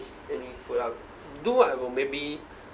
any food ah do I will maybe